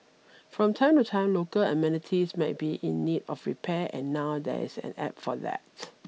from time to time local amenities might be in need of repair and now there's an App for that